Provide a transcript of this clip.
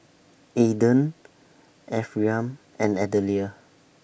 Aydan Ephriam and Adelia